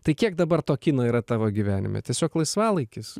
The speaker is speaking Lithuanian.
tai kiek dabar to kino yra tavo gyvenime tiesiog laisvalaikis